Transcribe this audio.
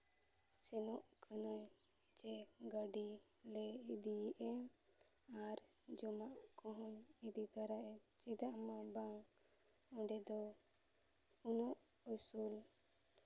ᱥᱮᱱᱚᱜ ᱠᱟᱹᱱᱟᱹᱧ ᱡᱮ ᱜᱟᱹᱰᱤ ᱞᱮ ᱤᱫᱤᱭᱮᱫᱼᱮᱢ ᱟᱨ ᱡᱚᱢᱟᱜ ᱠᱚᱦᱚᱢ ᱤᱫᱤ ᱛᱟᱨᱟᱭᱟ ᱪᱮᱫᱟᱜ ᱦᱚᱸ ᱵᱟᱝ ᱚᱸᱰᱮ ᱫᱚ ᱩᱱᱩᱜ ᱩᱥᱩᱞ